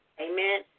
Amen